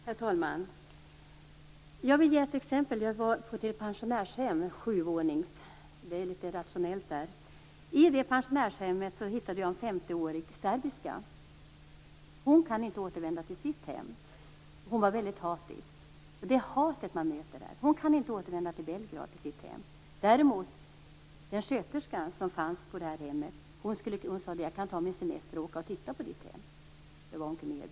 Herr talman! Jag vill ge ett exempel. Jag besökte ett sjuvånings pensionärshem - det är ganska rationellt där. På det pensionärshemmet hittade jag en femtioårig serbiska, som inte kan återvända till sitt hem. Hon var väldigt hatisk. Hon kan inte återvända till sitt hem i Belgrad. En sköterska som arbetade på hemmet sade till kvinnan att hon kunde ta sin semester till att åka och titta på hennes hem. Det var vad hon kunde erbjuda.